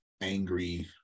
angry